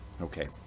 Okay